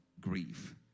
grief